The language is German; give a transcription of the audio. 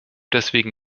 deswegen